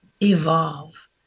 evolve